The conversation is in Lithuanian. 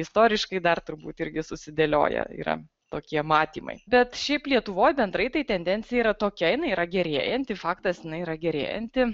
istoriškai dar turbūt irgi susidėlioja yra tokie matymai bet šiaip lietuvoj bendrai tai tendencija yra tokia jinai yra gerėjanti faktas jinai yra gerėjanti